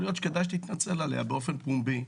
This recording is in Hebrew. להיות שכדאי שתתנצל עליה באופן פומבי,